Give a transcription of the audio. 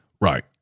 Right